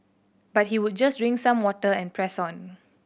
but he would just drink some water and press on